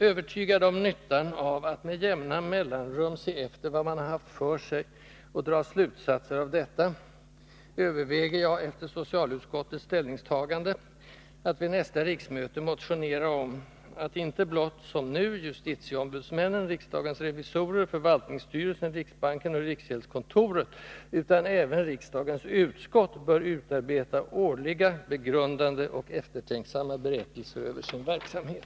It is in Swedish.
Övertygad om nyttan av att med jämna mellanrum se efter vad man har haft för sig och dra slutsatser av detta överväger jag efter socialutskottets ställningstagande att vid nästa riksmöte motionera om att icke blott — som nu — justitieombudsmännen, riksdagens revisorer, förvaltningsstyrelsen, riksbanken och riksgäldskontoret utan även riksdagens utskott bör utarbeta årliga begrundande och eftertänksamma berättelser över sin verksamhet.